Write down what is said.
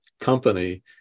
company